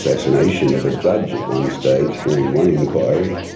assassination of a judge at one stage, during one inquiry,